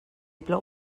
plou